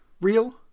real